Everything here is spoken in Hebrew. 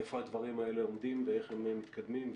איפה הדברים האלה עומדים ואיך הם מתקדמים,